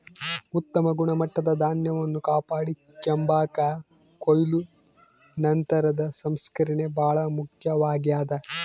ಉತ್ತಮ ಗುಣಮಟ್ಟದ ಧಾನ್ಯವನ್ನು ಕಾಪಾಡಿಕೆಂಬಾಕ ಕೊಯ್ಲು ನಂತರದ ಸಂಸ್ಕರಣೆ ಬಹಳ ಮುಖ್ಯವಾಗ್ಯದ